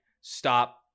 stop